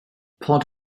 port